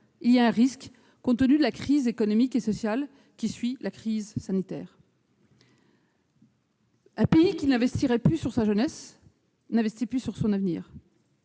un grave risque, compte tenu de la crise économique et sociale qui suit la crise sanitaire. Un pays qui n'investit plus pour sa jeunesse n'investit plus dans son avenir.